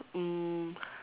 um